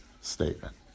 statement